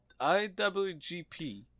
IWGP